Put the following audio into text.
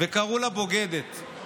וקראו לה "בוגדת".